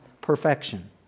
perfection